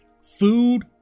Food